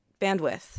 bandwidth